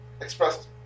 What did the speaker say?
expressed